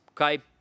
Okay